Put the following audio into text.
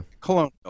colonial